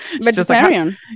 vegetarian